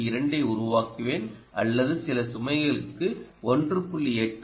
2 ஐ உருவாக்குவேன் அல்லது சில சுமைகளுக்கு 1